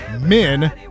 men